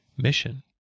mission